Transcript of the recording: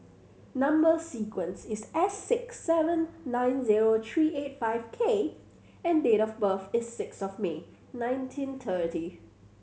number sequence is S six seven nine zero three eight five K and date of birth is six of May nineteen thirty